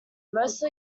most